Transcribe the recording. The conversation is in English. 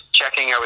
checking